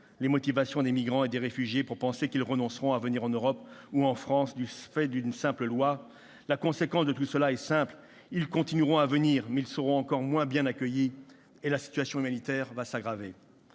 les motivations des migrants et des réfugiés de penser qu'ils renonceront à venir en Europe ou en France du fait d'une simple loi. La conséquence de tout cela est simple : ils continueront à venir, mais ils seront moins bien accueillis et la situation humanitaire s'aggravera